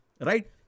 right